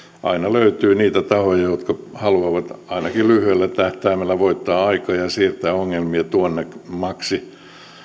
aina löytyy niitä tahoja jotka haluavat ainakin lyhyellä tähtäimellä voittaa aikaa ja siirtää ongelmia tuonnemmaksi